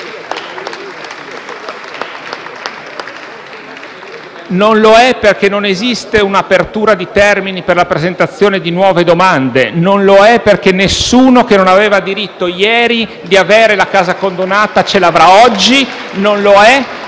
Non lo è, perché non esiste un’apertura di termini per la presentazione di nuove domande. Non lo è, perché nessuno che non aveva diritto ieri di avere la casa condonata ce l’avrà oggi. (Applausi